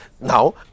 now